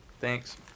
Thanks